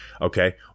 Okay